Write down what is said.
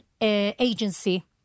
agency